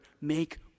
Make